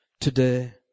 today